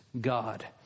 God